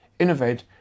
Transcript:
innovate